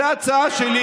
זו ההצעה שלי.